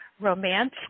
romance